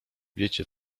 wiecie